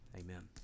amen